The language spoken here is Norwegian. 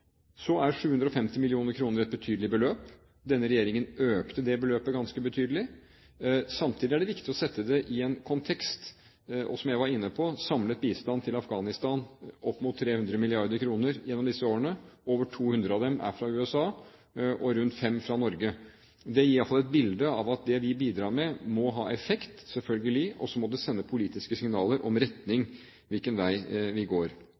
Så er 750 mill. kr et betydelig beløp. Denne regjeringen økte det beløpet ganske betydelig. Samtidig er det viktig å sette det i en kontekst. Som jeg var inne på, er samlet bistand til Afghanistan opp mot 300 mrd. kr gjennom disse årene – over 200 av dem er fra USA og rundt 5 fra Norge. Det gir iallfall et bilde av at det vi bidrar med, må ha effekt, selvfølgelig, og så må det sende politiske signaler om retning – hvilken vei vi går.